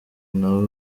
nawe